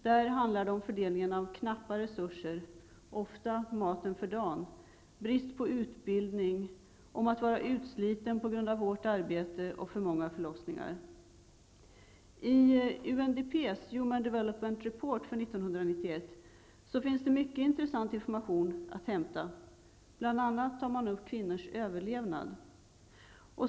Där handlar det bl.a. om fördelning av knappa resurser -- ofta mat för dagen --, om brist på utbildning, om att vara utsliten på grund av hårt arbete och för många förlossningar. finns det mycket intressant information att hämta, bl.a. om kvinnors överlevnad.